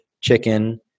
chicken